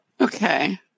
okay